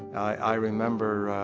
i remember